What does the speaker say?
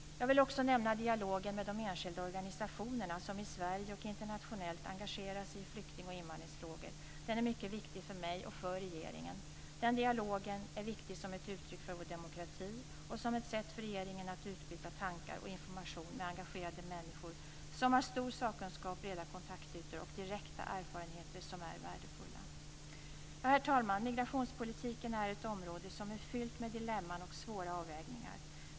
Jag vill också nämna dialogen med de enskilda organisationerna som i Sverige och internationellt engagerar sig i flykting och invandringsfrågor. Den är mycket viktig för mig och för regeringen som ett uttryck för vår demokrati och som ett sätt för regeringen att utbyta tankar och information med engagerade människor som har stor sakkunskap, breda kontaktytor och direkta erfarenheter som är värdefulla. Herr talman! Migrationspolitiken är ett område som är fyllt med dilemman och svåra avvägningar.